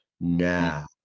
now